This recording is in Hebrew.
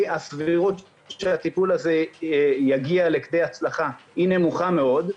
והסבירות שהטיפול הזה יגיע להצלחה היא נמוכה מאוד.